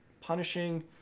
punishing